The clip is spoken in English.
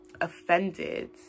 offended